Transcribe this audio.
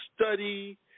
study